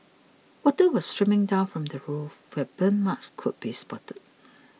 water was streaming down from the roof where burn marks could be spotted